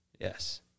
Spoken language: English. Yes